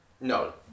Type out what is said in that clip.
No